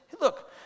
look